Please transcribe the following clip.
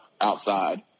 outside